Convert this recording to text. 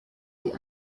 die